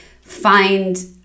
find